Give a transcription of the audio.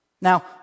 Now